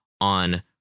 on